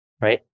Right